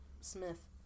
Smith